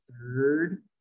third